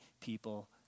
people